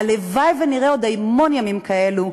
הלוואי שנראה עוד המון ימים כאלו.